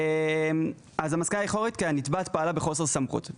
"אז המסקנה --- כי הנתבעת פעלה בחוסר סמכות.